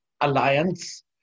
alliance